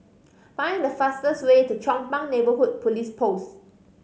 find the fastest way to Chong Pang Neighbourhood Police Post